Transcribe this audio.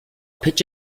pitch